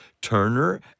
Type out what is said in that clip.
Turner